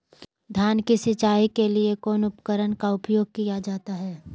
धान की सिंचाई के लिए कौन उपकरण का उपयोग किया जाता है?